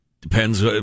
depends